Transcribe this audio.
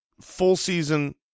full-season